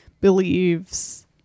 believes